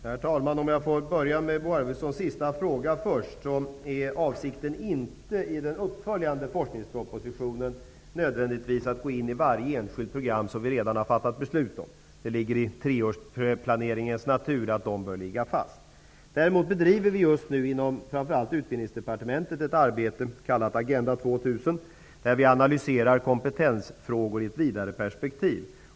Herr talman! Jag börjar med Bo Arvidsons sista fråga. Avsikten i den uppföljande forskningspropositionen är inte nödvändigtvis att gå in i varje enskilt program som vi redan har fattat beslut om. Det ligger i treårsplaneringens natur att de bör ligga fast. Däremot bedriver vi just nu inom framför allt Utbildningsdepartementet ett arbete kallat Agenda 2 000, där vi analyserar kompetensfrågor i ett vidare perspektiv.